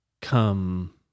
come